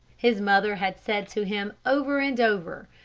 his mother had said to him over and over,